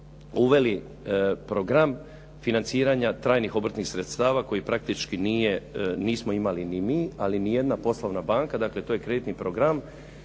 uveli program financiranja trajnih obrtnih sredstava koji praktički nismo imali ni mi, ali nijedna poslovna banka, dakle to je kreditni program